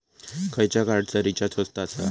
खयच्या कार्डचा रिचार्ज स्वस्त आसा?